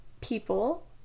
people